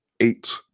Eight